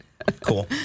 Cool